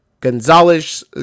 Gonzalez